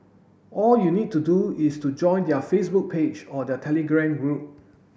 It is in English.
all you need to do is to join their Facebook page or their Telegram group